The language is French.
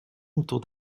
autour